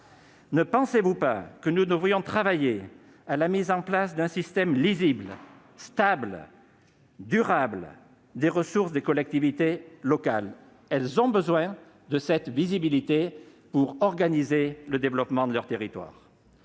Ne pensez-vous pas que nous devrions travailler à la mise en place d'un système lisible, stable, durable des ressources des collectivités locales ? Très bien ! Elles ont besoin de cette visibilité pour organiser le développement de leurs territoires.